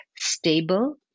stable